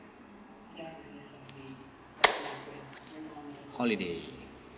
holiday